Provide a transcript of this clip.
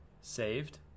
saved